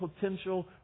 potential